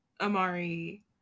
Amari